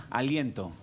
aliento